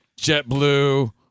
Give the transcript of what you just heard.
JetBlue